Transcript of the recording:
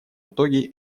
итоге